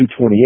228